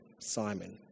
Simon